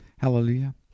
Hallelujah